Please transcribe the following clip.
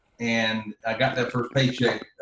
and i got that first paycheck,